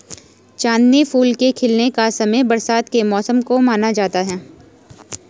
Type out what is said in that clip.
चांदनी फूल के खिलने का समय बरसात के मौसम को माना जाता है